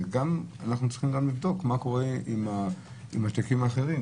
אנחנו צריכים גם לבדוק מה קורה עם התיקים האחרים.